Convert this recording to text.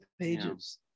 pages